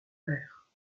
père